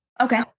Okay